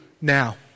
now